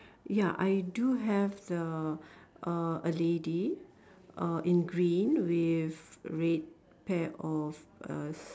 ya I do have the uh a lady uh in green with red pair of uh